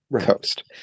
coast